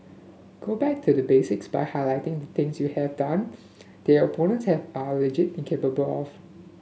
go back to the basics by highlighting the things you have done that your opponents have are alleged incapable of